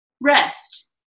rest